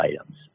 items